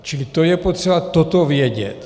Čili je potřeba toto vědět.